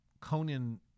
Conan